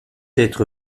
être